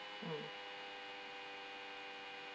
mm